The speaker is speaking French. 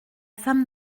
femme